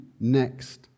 next